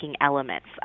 elements